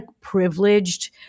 privileged